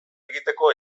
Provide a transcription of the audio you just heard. egiteko